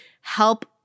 help